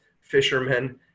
fishermen